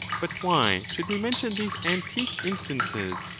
but why should we mention these antique in stances,